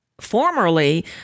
formerly